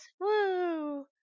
Woo